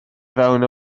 fewn